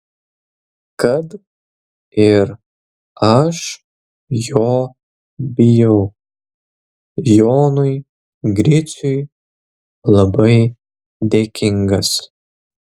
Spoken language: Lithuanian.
kad ir aš jo bijau jonui griciui labai dėkingas